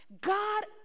God